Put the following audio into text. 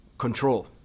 Control